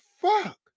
fuck